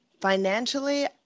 Financially